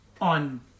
on